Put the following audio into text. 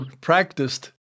practiced